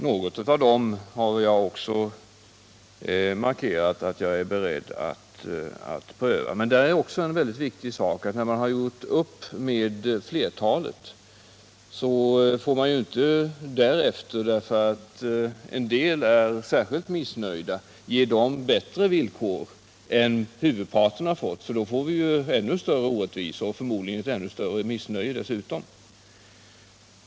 Jag har också markerat att jag är beredd att pröva något av dessa. Men en viktig sak är också att när man har gjort upp med flertalet, får man inte sedan, därför att en del är särskilt missnöjda, ge dem bättre villkor än huvudparten har fått, för då får vi ju ännu större orättvisor och förmodligen dessutom ett ännu större missnöje.